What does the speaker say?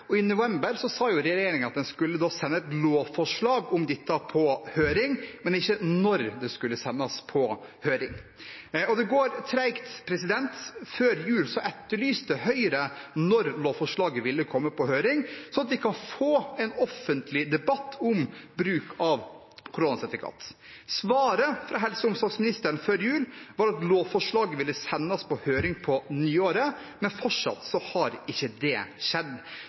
og i november sa regjeringen at en skulle sende et lovforslag om dette på høring, men ikke når det skulle sendes på høring. Det går tregt. Før jul etterlyste Høyre når lovforslaget ville komme på høring, sånn at vi kan få en offentlig debatt om bruk av koronasertifikat. Svaret fra helse- og omsorgsministeren før jul var at lovforslaget ville sendes på høring på nyåret, men det har fortsatt ikke skjedd.